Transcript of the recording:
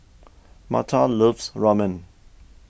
Martha loves Ramen